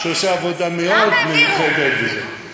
שעושה עבודה אדירה בעניין הזה, נכון.